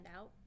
out